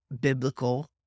biblical